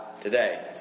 today